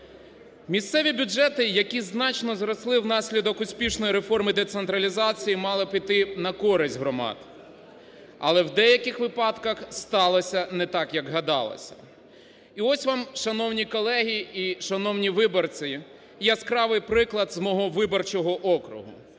Місцеві бюджети, які значно зросли внаслідок успішної реформи децентралізації, мали піти на користь громад, але в деяких випадках сталося не так, як гадалося. І ось вам, шановні колеги і шановні виборці, яскравий приклад з мого виборчого округу.